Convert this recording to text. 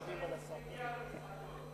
מגיע למסעדות.